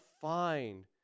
find